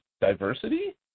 diversity